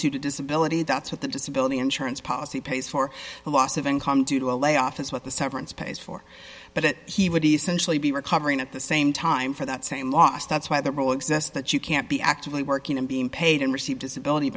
income to disability that's what the disability insurance policy pays for a loss of income due to a layoff is what the severance pays for but he would essentially be recovering at the same time for that same loss that's why the rule exists that you can't be actively working and being paid and receive disability